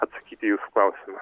atsakyti į jūsų klausimą